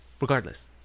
regardless